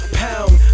pound